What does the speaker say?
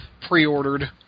pre-ordered